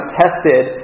tested